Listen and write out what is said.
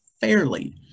fairly